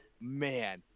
Man